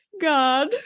god